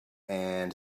and